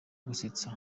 gusetsa